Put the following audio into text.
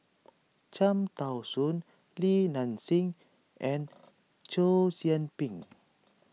Cham Tao Soon Li Nanxing and Chow Yian Ping